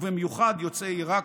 ובמיוחד יוצאי עיראק,